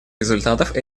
результатов